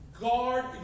Guard